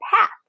path